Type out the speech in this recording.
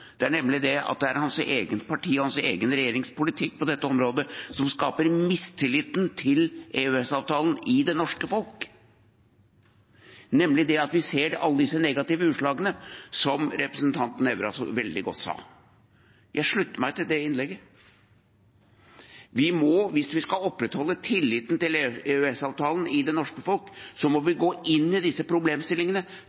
nemlig at det er hans eget parti og hans egen regjerings politikk på dette området som skaper mistilliten til EØS-avtalen i det norske folk, at vi ser alle disse negative utslagene, som representanten Nævra så veldig godt sa. Jeg slutter meg til det innlegget. Vi må, hvis vi skal opprettholde tilliten til EØS-avtalen i det norske folk, gå inn i disse problemstillingene, ta dem og håndtere dem. Det gjør vi